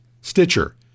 Stitcher